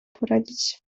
poradzić